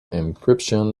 encryption